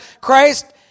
Christ